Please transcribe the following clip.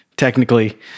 technically